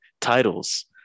titles